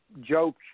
joke